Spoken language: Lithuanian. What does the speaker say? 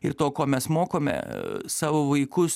ir to ko mes mokome savo vaikus